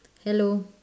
hello